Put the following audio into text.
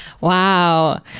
Wow